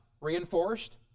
reinforced